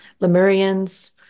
Lemurians